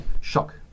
shock